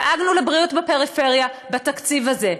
דאגנו לבריאות בפריפריה בתקציב הזה,